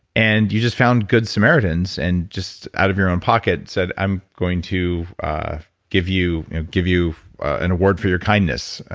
and you just found good samaritans and out of your own pocket said, i'm going to give you know give you an award for your kindness,